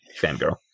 Fangirl